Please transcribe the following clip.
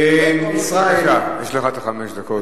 יש לך חמש דקות.